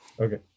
Okay